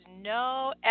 no